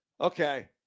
Okay